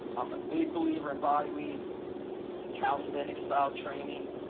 i'm a big believer in body weight and calisthenics-style training.